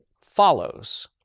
follows